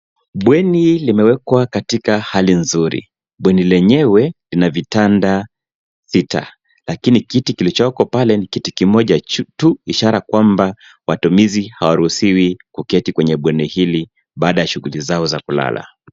Bweni limewekwa katika hali nzuri. Bweni lenyewe lina vitanda sita, lakini kiti kilichoko pale ni kiti kimoja tu, ishara kwamba watumizi hawaruhusiwi kuketi kwenye bweni hili, baada ya shughuli zao za kulala.